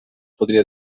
podria